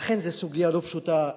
לכן, זו סוגיה לא פשוטה.